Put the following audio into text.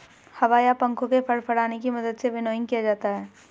हवा या पंखों के फड़फड़ाने की मदद से विनोइंग किया जाता है